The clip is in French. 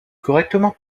correctement